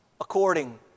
according